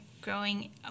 growing